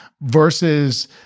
versus